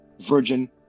virgin